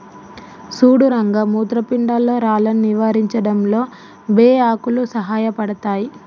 సుడు రంగ మూత్రపిండాల్లో రాళ్లను నివారించడంలో బే ఆకులు సాయపడతాయి